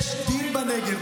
יכולים להכיר בהם.